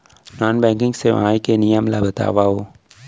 Non banking सेवाएं के नियम ला बतावव?